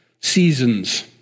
seasons